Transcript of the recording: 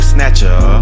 Snatcher